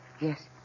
Yes